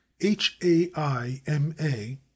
H-A-I-M-A